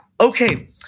Okay